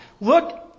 Look